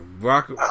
Rock